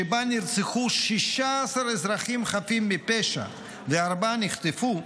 שבה נרצחו 16 אזרחים חפים מפשע וארבעה נחטפו,